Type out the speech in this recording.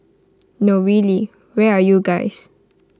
no really where are you guys